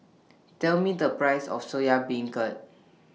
Tell Me The priceS of Soya Beancurd